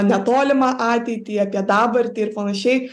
netolimą ateitį apie dabartį ir panašiai